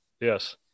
Yes